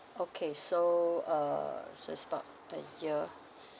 okay so uh so is about a year